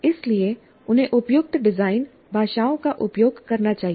इसलिए उन्हें उपयुक्त डिज़ाइन भाषाओं का उपयोग करना चाहिए